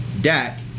Dak